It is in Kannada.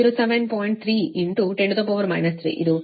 13 ಎಂಬುದು ಪ್ರಸ್ತುತ ಹಕ್ಕು